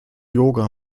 yoga